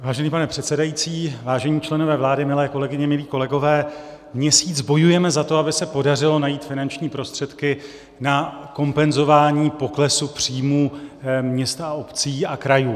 Vážený pane předsedající, vážení členové vlády, milé kolegyně, milí kolegové, měsíc bojujeme za to, aby se podařilo najít finanční prostředky na kompenzování poklesu příjmů měst, obcí a krajů.